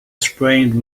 sprained